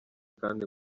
kandi